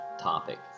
topic